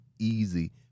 easy